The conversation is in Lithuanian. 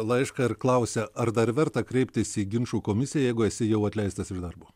laišką ir klausia ar dar verta kreiptis į ginčų komisiją jeigu esi jau atleistas iš darbo